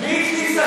איך אתה לא מתבייש?